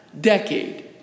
decade